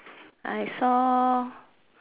I saw